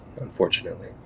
unfortunately